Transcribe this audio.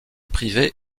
privée